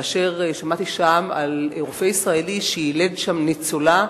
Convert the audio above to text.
כאשר שמעתי על רופא ישראלי שיילד ניצולה,